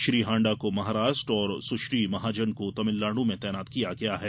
श्री हांडा को महाराष्ट्र और सुश्री महाजन को तमिलनाडु में तैनात किया गया है